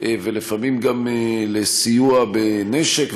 ולפעמים גם לסיוע בנשק,